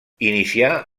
inicià